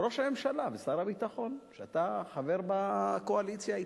ראש הממשלה ושר הביטחון, שאתה חבר בקואליציה אתם.